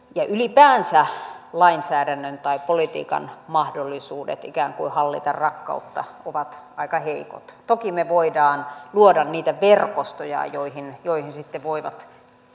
ylipäänsä lainsäädännön tai politiikan mahdollisuudet ikään kuin hallita rakkautta ovat aika heikot toki me voimme luoda niitä verkostoja joihin joihin sitten voivat